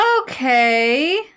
Okay